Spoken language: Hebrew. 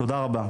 תודה רבה.